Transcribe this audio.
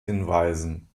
hinweisen